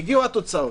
הגיעו התוצאות,